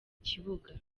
kibuga